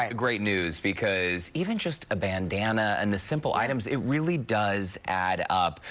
ah great news because even just a but and and and the simple items, it really does add up.